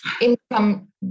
income